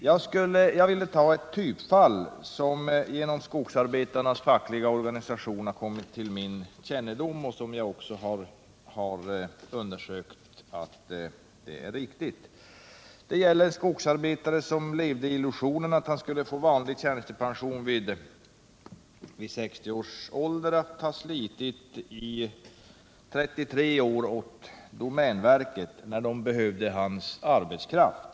Jag vill redogöra för ett typfall som genom skogsarbetarnas fackliga organisation kommit till min kännedom och vars riktighet jag undersökt. Det gäller en skogsarbetare som levde i illusionen att han skulle få vanlig tjänstepension vid 60 års ålder efter att ha slitit i 33 år för domänverket, när domänverket behövde hans arbetskraft.